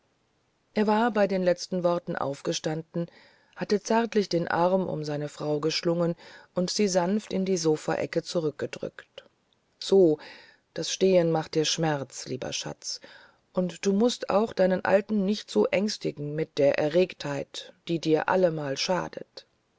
er war bei den letzten worten aufgestanden hatte zärtlich den arm um seine frau geschlungen und sie sanft in die sofaecke zurückgedrückt so das stehen macht dir schmerz lieber schatz und du mußt auch deinen alten nicht so ängstigen mit der erregtheit die dir allemal schadet